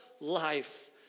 life